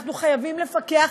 אנחנו חייבים לפקח.